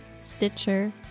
Stitcher